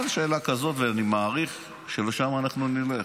אין שאלה כזאת, ואני מעריך שלשם אנחנו נלך.